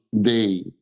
day